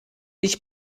ich